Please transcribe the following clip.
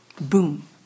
Boom